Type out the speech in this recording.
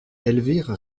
elvire